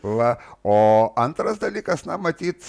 va o antras dalykas na matyt